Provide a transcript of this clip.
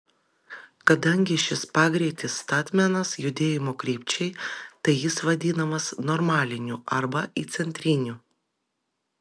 kadangi šis pagreitis statmenas judėjimo krypčiai tai jis vadinamas normaliniu arba įcentriniu